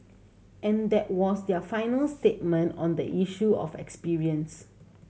and that was their final statement on the issue of experience